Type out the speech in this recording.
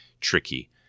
tricky